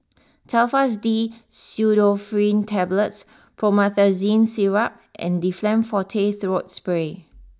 Telfast D Pseudoephrine Tablets Promethazine Syrup and Difflam Forte Throat Spray